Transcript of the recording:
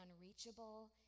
unreachable